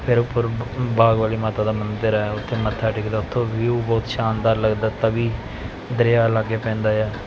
ਫਿਰ ਉੱਪਰ ਬ ਬਾਗ ਵਾਲੀ ਮਾਤਾ ਦਾ ਮੰਦਿਰ ਹੈ ਉੱਥੇ ਮੱਥਾ ਟੇਕੀਦਾ ਉੱਥੋਂ ਵਿਊ ਬਹੁਤ ਸ਼ਾਨਦਾਰ ਲੱਗਦਾ ਤਵੀ ਦਰਿਆ ਲਾਗੇ ਪੈਂਦਾ ਆ